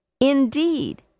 Indeed